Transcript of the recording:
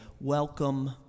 welcome